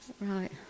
Right